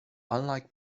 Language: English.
unlike